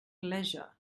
leisure